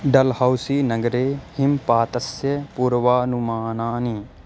डल्हौसी नगरे हिमपातस्य पूर्वानुमानानि